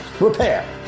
repair